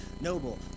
noble